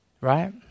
Right